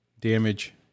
damage